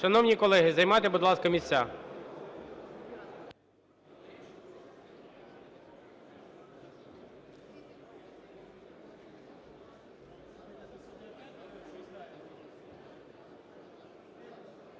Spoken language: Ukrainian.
Шановні колеги, займайте, будь ласка, місця.